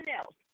else